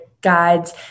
guides